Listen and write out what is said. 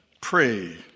pray